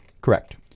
Correct